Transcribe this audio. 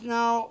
now